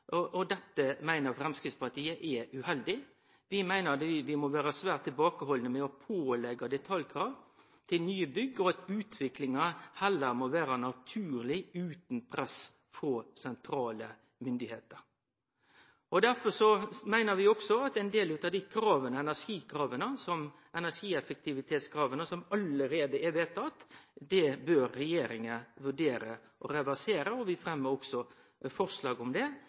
uheldig. Vi meiner vi må vere svært tilbakehaldne med å påleggje detaljkrav til nye bygg, og at utviklinga heller må vere naturleg utan press frå sentrale myndigheiter. Derfor meiner vi òg at regjeringa bør vurdere å reversere ein del av dei energieffektivitetskrava som allereie er vedtatt, og vi fremmer forslag om det. Det ser det ut som Framstegspartiet blir ståande aleine om, både når det